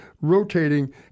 rotating